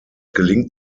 gelingt